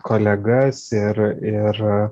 kolegas ir ir